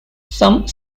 some